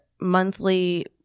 monthly